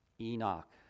Enoch